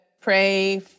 pray